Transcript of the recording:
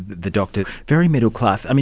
the doctor, very middle-class.